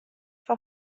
foar